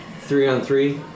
three-on-three